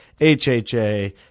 HHA